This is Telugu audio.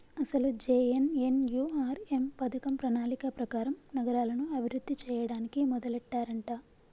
అసలు జె.ఎన్.ఎన్.యు.ఆర్.ఎం పథకం ప్రణాళిక ప్రకారం నగరాలను అభివృద్ధి చేయడానికి మొదలెట్టారంట